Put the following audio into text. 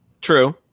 True